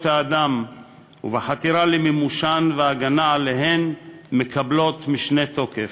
האדם ובחתירה למימושן וההגנה עליהן מקבלת משנה תוקף.